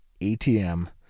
ATM